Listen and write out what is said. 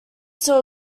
still